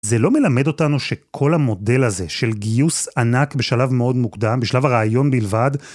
זה לא מלמד אותנו, שכל המודל הזה של גיוס ענק בשלב מאוד מוקדם, בשלב הרעיון בלבד, ...?